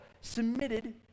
submitted